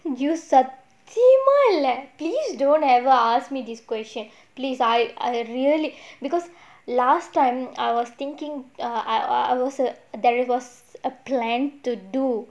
சத்தியமா இல்ல:sathiyamaa illa lah please don't ever ask me this question please I really because last time I was thinking I I was err there was a plan to do